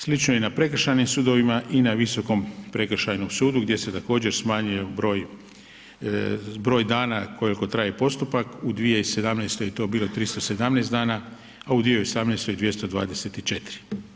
Slično je i na prekršajnim sudovima i na Visokom prekršajnom sudu gdje se također smanjio broj dana koliko traje postupak, u 2017. je to bilo 317 a u 2018. 224.